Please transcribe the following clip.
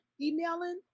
emailing